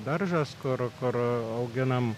daržas kur kur auginam